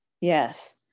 yes